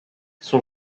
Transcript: son